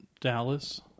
Dallas